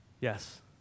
Yes